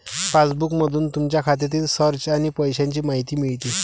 पासबुकमधून तुमच्या खात्यातील खर्च आणि पैशांची माहिती मिळते